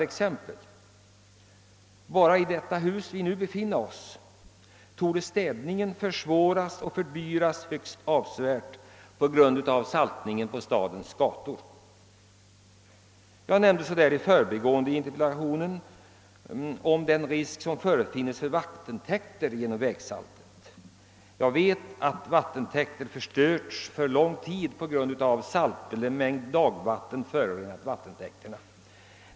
Enbart i det hus som vi nu befinner oss i torde städningen försvåras och fördyras högst avsevärt på grund av saltningen på stadens gator. Jag nämnde i förbigående, i min interpellation, den risk som vattentäkter är utsatta för på grund av vägsaltet. Jag vet att vattentäkter har förstörts för lång tid framåt på grund av att saltbemängt dagvatten förorenat vattentäkterna.